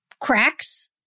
cracks